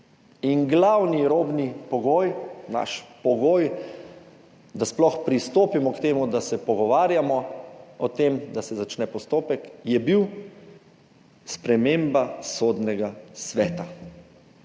Glavni robni pogoj, naš pogoj, da sploh pristopimo k temu, da se pogovarjamo o tem, da se začne postopek, je bil sprememba Sodnega sveta.